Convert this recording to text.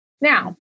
Now